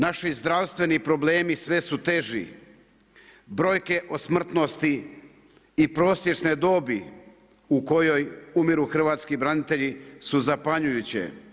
Naši zdravstveni problemi sve su teži, brojke o smrtnosti i prosječne dobi, u kojoj umiru hrvatski branitelji su zapanjujuće.